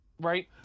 Right